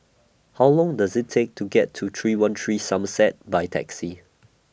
How Long Does IT Take to get to three one three Somerset By Taxi